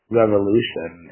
revolution